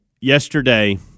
Yesterday